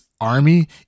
army